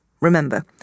Remember